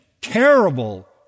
terrible